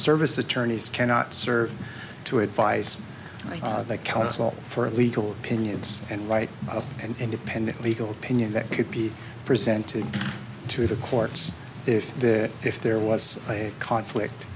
service attorneys cannot serve to advise that counsel for a legal opinions and right of an independent legal opinion that could be presented to the courts if that if there was a conflict